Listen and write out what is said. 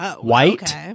white